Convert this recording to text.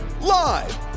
Live